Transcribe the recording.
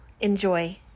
Enjoy